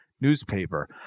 newspaper